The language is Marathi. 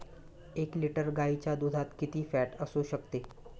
एक लिटर गाईच्या दुधात किती फॅट असू शकते?